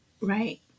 Right